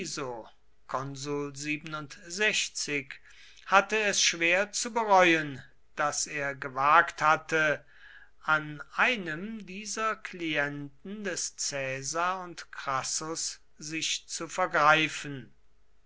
so hatte es schwer zu bereuen daß er gewagt hatte an einem dieser klienten des caesar und crassus sich zu vergreifen